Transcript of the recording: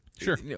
Sure